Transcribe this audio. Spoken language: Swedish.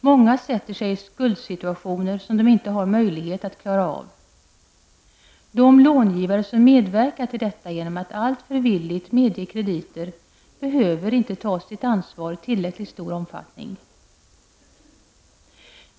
Många försätter sig i skuldsituationer som de inte har möjlighet att klara av. De långivare som medverkat till detta genom att alltför villigt medge krediter behöver inte ta sitt ansvar i tillräckligt stor omfattning.